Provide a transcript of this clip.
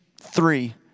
three